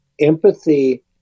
empathy